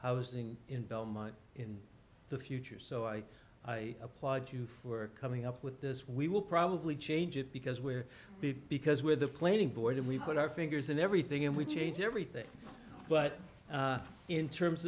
housing in belmont in the future so i applaud you for coming up with this we will probably change it because we're big because we're the planning board and we've got our fingers in everything and we change everything but in terms